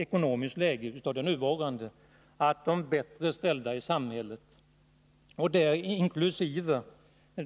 ekonomiska läget är det rimligt att de bättre ställda i samhället, inkl.